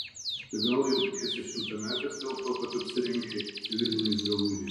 tai gal jautiesi šimtametis dėl to kad apsirengei civiliniais drabužiais